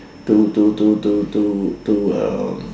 to to to to to to um